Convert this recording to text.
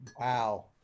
wow